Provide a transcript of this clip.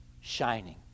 shining